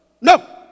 no